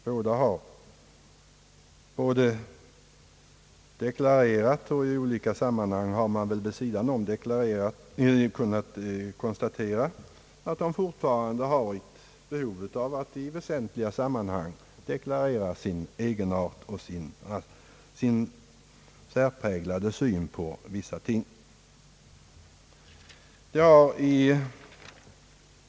Båda partierna har deklarerat och i olika sammanhang har vi även kunnat konstatera att de fortfarande har ett behov av att i väsentliga frågor deklarera sin egenart och sin särpräglade syn på vissa ting.